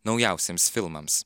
naujausiems filmams